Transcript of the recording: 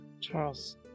Charles